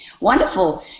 Wonderful